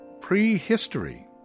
pre-history